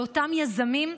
לאותם יזמים,